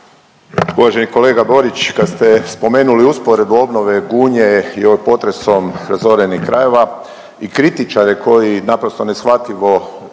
Uvaženi kolega Borić, kad ste spomenuli usporedbu obnove Gunje i ovih potresom razorenih krajeva i kritičare koji naprosto neshvatljivo je